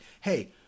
hey